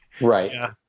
Right